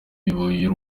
y’u